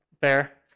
Fair